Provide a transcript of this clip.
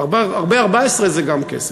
הרבה 14 זה גם כסף.